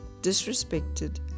disrespected